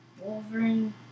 Wolverine